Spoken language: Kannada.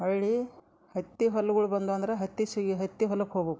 ಹೊಳ್ಳಿ ಹತ್ತಿ ಹೊಲ್ಗಳು ಬಂದ್ವು ಅಂದ್ರೆ ಹತ್ತಿ ಸುಗಿ ಹತ್ತಿ ಹೊಲಕ್ಕೆ ಹೋಗ್ಬಕು